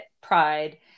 pride